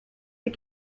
ces